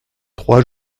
trois